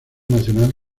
nacional